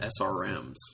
SRMs